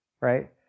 Right